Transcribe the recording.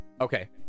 okay